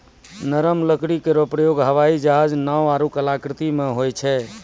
नरम लकड़ी केरो प्रयोग हवाई जहाज, नाव आरु कलाकृति म होय छै